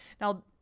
Now